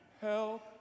Help